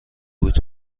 بود